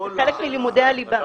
זה חלק מלימודי הליבה.